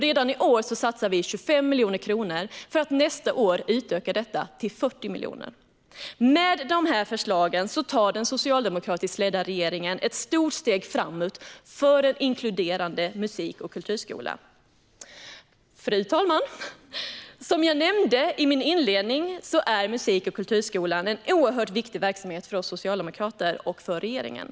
Redan i år satsar vi 25 miljoner kronor för att nästa år utöka till 40 miljoner. Med dessa förslag tar den socialdemokratiskt ledda regeringen ett stort steg framåt för en inkluderande musik och kulturskola. Fru talman! Som jag nämnde i min inledning är musik och kulturskolan en oerhört viktig verksamhet för oss socialdemokrater och för regeringen.